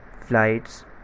flights